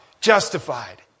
Justified